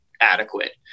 adequate